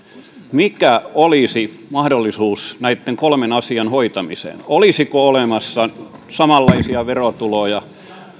mikä olisi mahdollisuus näitten kolmen asian hoitamiseen olisiko olemassa samanlaisia verotuloja